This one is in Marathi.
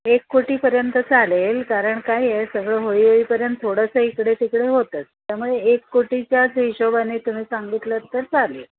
एक कोटीपर्यंत चालेल कारण काय आहे सगळं होई होईपर्यंत थोडंसं इकडे तिकडे होतंच त्यामुळे एक कोटीच्याच हिशोबाने तुम्ही सांगितलंत तर चालेल